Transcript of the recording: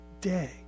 day